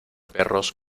perros